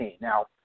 Now